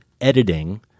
editing